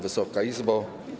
Wysoka Izbo!